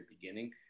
beginning